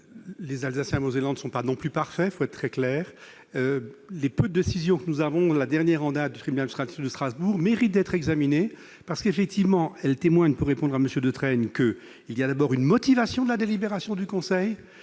les Alsaciens Mosellans ne sont pas non plus parfait, il faut être très clair les poudres, décision que nous avons la dernière en date, abstraction de Strasbourg méritent d'être examinés, parce qu'effectivement, elle témoigne pour répondre à Monsieur Detraigne que il y a d'abord une motivation de la délibération du conseil